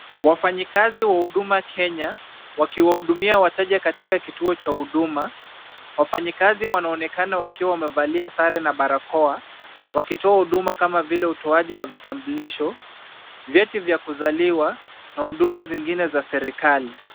Wafanyikazi wa huduma Kenya, wakiwahudumia wateja katika kituo cha huduma. Wafanyikazi wanaonekana wakiwa wamevalia sare na barakoa, wakitoa huduma kama vile utoaji wa vitambulisho, vyeti vya kuzaliwa na huduma zingine za serikali.